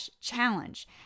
challenge